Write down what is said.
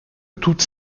toute